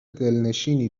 دلنشینی